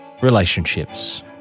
relationships